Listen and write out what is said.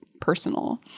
personal